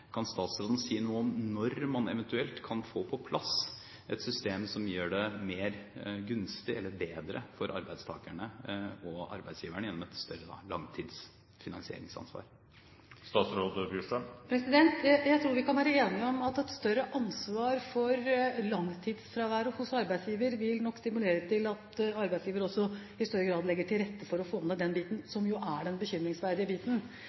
Kan statsråden si noe om når man eventuelt kan få på plass et system som gjør det gunstigere eller bedre for arbeidstakerne og arbeidsgiverne gjennom et større langtids finansieringsansvar? Jeg tror vi kan være enige om at å gi arbeidsgiver et større ansvar for langtidsfraværet nok vil stimulere til at arbeidsgiver også i større grad legger til rette for å få ned den biten, som jo er den bekymringsverdige biten.